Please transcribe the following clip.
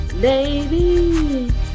Baby